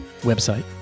website